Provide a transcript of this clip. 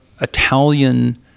Italian